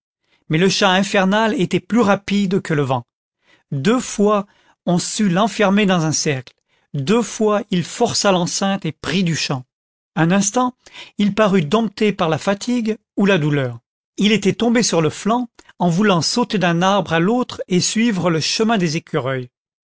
mais le chat infernal était plus rapide que lèvent deux fois on sut l'enfermer dans un cercle deux fois il força l'enceinte et prit du champ un instant il parut dompté par la fatigue ou la douleur il était tombé sur le flanc en voulant sauter d'un arbre ï l'autre et suivre le chemin des écureuils